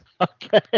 Okay